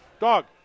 Dog